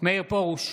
מאיר פרוש,